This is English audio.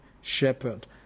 shepherd